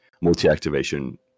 multi-activation